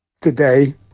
today